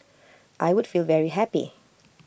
I would feel very happy